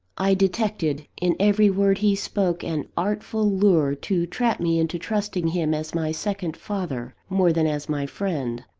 i detected in every word he spoke an artful lure to trap me into trusting him as my second father, more than as my friend.